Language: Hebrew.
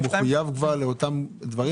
אבל הוא מחויב כבר לאותם דברים?